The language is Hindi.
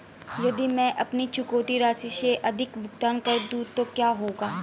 यदि मैं अपनी चुकौती राशि से अधिक भुगतान कर दूं तो क्या होगा?